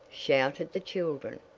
shouted the children.